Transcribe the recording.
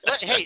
Hey